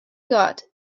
got